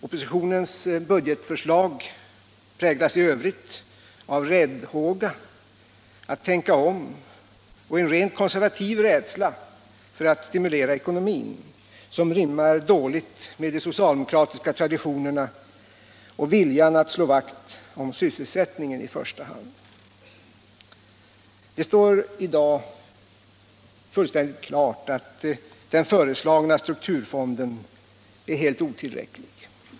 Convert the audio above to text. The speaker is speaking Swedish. Oppositionens budgetförslag präglas i övrigt av räddhåga att tänka om och en rent konservativ rädsla för att stimulera ekonomin, något som rimmar dåligt med de socialdemokratiska traditionerna och viljan att slå vakt om sysselsättningen i första hand. Det står i dag fullt klart att den föreslagna strukturfonden inte är tillräcklig.